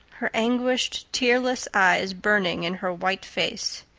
her anguished, tearless eyes burning in her white face.